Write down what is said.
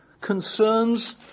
concerns